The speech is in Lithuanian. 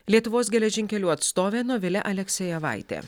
lietuvos geležinkelių atstovė novilė aleksejevaitė